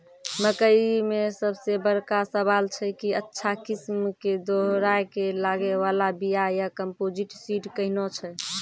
मकई मे सबसे बड़का सवाल छैय कि अच्छा किस्म के दोहराय के लागे वाला बिया या कम्पोजिट सीड कैहनो छैय?